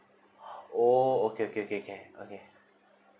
oh okay okay okay can okay